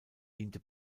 diente